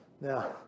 Now